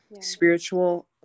spiritual